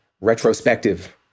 retrospective